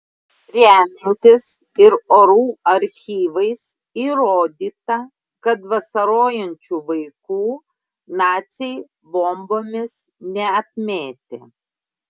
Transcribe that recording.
remiantis ir orų archyvais įrodyta kad vasarojančių vaikų naciai bombomis neapmėtė